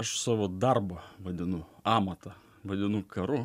aš savo darbą vadinu amatą vadinu karu